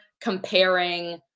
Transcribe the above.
comparing